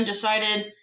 decided